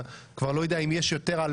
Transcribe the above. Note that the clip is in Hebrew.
כבר לא יודע אם יש יותר על